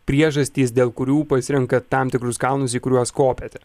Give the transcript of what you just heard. priežastys dėl kurių pasirenkat tam tikrus kalnus į kuriuos kopiate